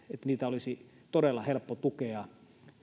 niitä olisi todella helppo tukea